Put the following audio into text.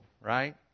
right